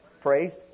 Praised